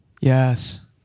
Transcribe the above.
Yes